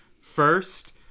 First